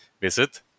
Visit